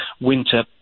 winter